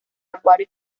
acuario